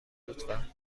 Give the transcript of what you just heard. لطفا